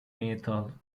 metal